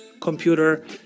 computer